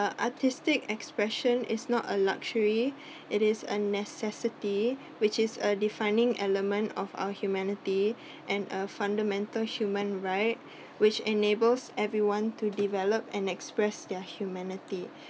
uh artistic expression is not a luxury it is a necessity which is a defining element of our humanity and a fundamental human right which enables everyone to develop and express their humanity